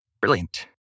Brilliant